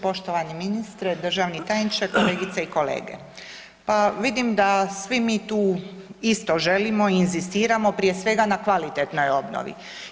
Poštovani ministre, državni tajniče, kolegice i kolege, pa vidim da svi mi tu isto želimo i inzistiramo prije svega na kvalitetnoj obnovi.